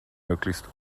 möglichst